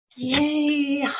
Yay